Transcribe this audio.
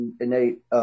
innate